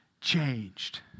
changed